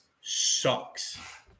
sucks